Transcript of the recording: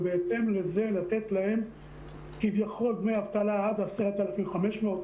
ובהתאם לזה לתת להם כביכול דמי אבטלה עד 10,500 שקל,